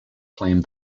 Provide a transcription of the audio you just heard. claimed